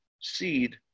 seed